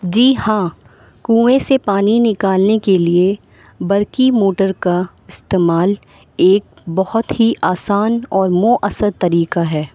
جی ہاں کنویں سے پانی نکالنے کے لیے برقی موٹر کا استعمال ایک بہت ہی آسان اور مو اثر طریقہ ہے